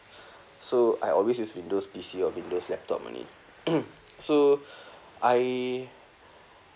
so I always use windows P_C or windows laptop only so I